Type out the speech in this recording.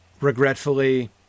regretfully